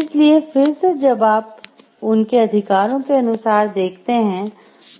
इसलिए फिर से जब आप उनके अधिकारों के अनुसार देखते हैं